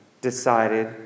decided